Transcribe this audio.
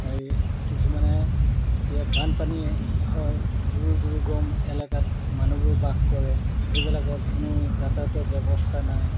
এই কিছুমানে এতিয়া বানপানী হয় দূৰ দূৰ্গম এলেকাত মানুহবোৰ বাস কৰে সেইবিলাকত কোনো যাতায়তৰ ব্যৱস্থা নাই